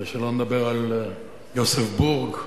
ושלא לדבר על יוסף בורג.